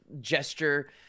gesture